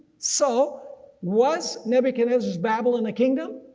so was nebuchadnezzar's babylon a kingdom?